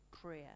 prayer